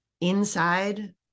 inside